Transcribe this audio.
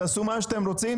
תעשו מה שאתם רוצים?